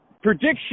Prediction